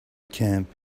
camp